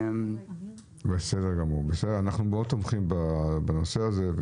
אנחנו מאוד תומכים בנושא הזה,